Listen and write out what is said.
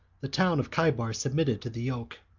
the town of chaibar submitted to the yoke.